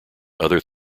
other